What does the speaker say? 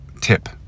tip